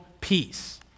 peace